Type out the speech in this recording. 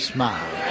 Smile